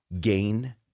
gain